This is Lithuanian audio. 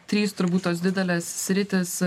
trys turbūt tos didelės sritys